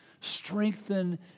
Strengthen